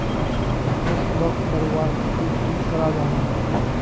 फसलोक बढ़वार केते की करा जाहा?